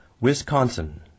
Wisconsin